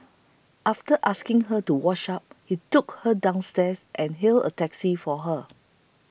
after asking her to wash up he took her downstairs and hailed a taxi for her